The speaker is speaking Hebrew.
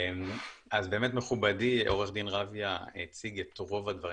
אז באמת מכובדי עורך הדין רביה הציג את רוב הדברים.